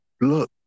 look